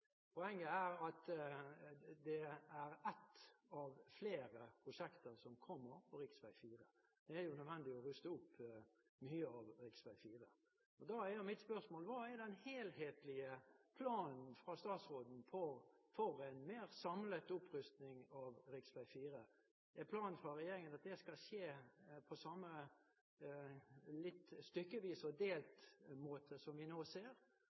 Poenget er at dette er ett av flere prosjekter som kommer på rv. 4. Det er nødvendig å ruste opp mye av rv. 4. Da er mitt spørsmål: Hva er den helhetlige planen fra statsråden for en mer samlet opprustning av rv. 4? Er planen fra regjeringen at det skal skje på samme måte som vi nå ser,